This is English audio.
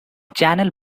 channel